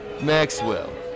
Maxwell